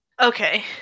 Okay